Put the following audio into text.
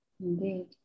Indeed